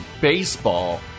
baseball